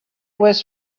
was